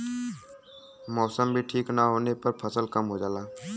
मौसम भी ठीक न होले पर फसल कम हो जाला